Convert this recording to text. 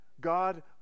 God